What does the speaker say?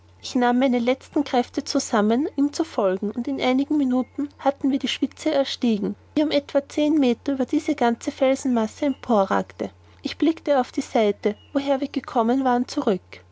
ich nahm meine letzten kräfte zusammen ihm zu folgen und in einigen minuten hatten wir die spitze erstiegen die um etwa zehn meter über diese ganze felsenmasse emporragte ich blickte auf die seite woher wir gekommen waren zurück